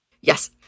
Yes